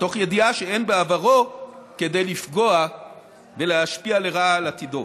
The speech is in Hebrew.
מתוך ידיעה שאין בעברו כדי לפגוע ולהשפיע לרעה על עתידו.